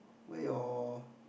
where your